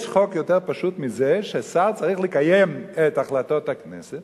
יש חוק יותר פשוט מזה ששר צריך לקיים את החלטות הכנסת